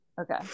Okay